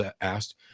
asked